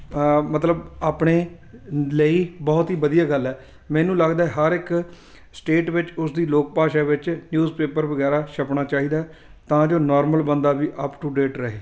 ਮਤਲਬ ਆਪਣੇ ਲਈ ਬਹੁਤ ਹੀ ਵਧੀਆ ਗੱਲ ਹੈ ਮੈਨੂੰ ਲੱਗਦਾ ਹਰ ਇੱਕ ਸਟੇਟ ਵਿੱਚ ਉਸ ਦੀ ਲੋਕ ਭਾਸ਼ਾ ਵਿੱਚ ਨਿਊਜ਼ਪੇਪਰ ਵਗੈਰਾ ਛਪਣਾ ਚਾਹੀਦਾ ਤਾਂ ਜੋ ਨੋਰਮਲ ਬੰਦਾ ਵੀ ਅਪ ਟੂ ਡੇਟ ਰਹੇ